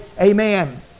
Amen